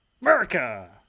America